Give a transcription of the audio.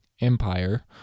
empire